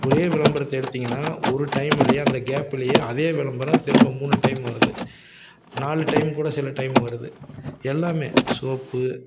ஒரே விளம்பரத்தை எடுத்திங்கன்னா ஒரு டைம்மில் அந்த கேப்புலேயே அதே விளம்பரம் திரும்ப மூணு டைம் வருது நாலு டைம் கூட சில டைம் வருது எல்லாம் சோப்பு